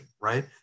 right